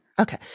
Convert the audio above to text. okay